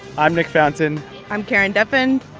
i'm nick fountain i'm karen duffin.